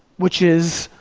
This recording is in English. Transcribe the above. which is,